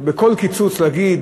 בכל קיצוץ להגיד: